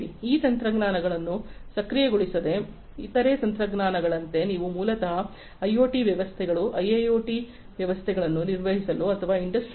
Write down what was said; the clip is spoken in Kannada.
ಈ ತಂತ್ರಜ್ಞಾನಗಳನ್ನು ಸಕ್ರಿಯಗೊಳಿಸದೆ ಇತರ ತಂತ್ರಜ್ಞಾನಗಳಂತೆ ನೀವು ಮೂಲತಃ ಐಒಟಿ ವ್ಯವಸ್ಥೆಗಳು ಐಐಒಟಿ ವ್ಯವಸ್ಥೆಗಳನ್ನು ನಿರ್ಮಿಸಲು ಅಥವಾ ಇಂಡಸ್ಟ್ರಿ 4